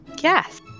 Yes